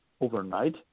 overnight